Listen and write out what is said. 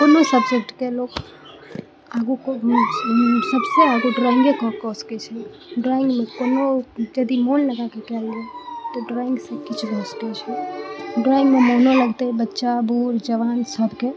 कोनो सब्जेक्टके लोक आगू सबसे आगू ड्रॉइंगेके कऽ सकैत छै ड्रॉइंगमे कोनो यदि मोन लगाके कयल जाय तऽ ड्रॉइंग सऽ किछु कऽ सकैत छै ड्रॉइंगमे मोनो लगतै बच्चा बूढ़ जवान सबके